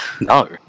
No